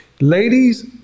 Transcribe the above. Ladies